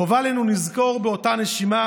חובה עלינו לזכור באותה נשימה